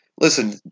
Listen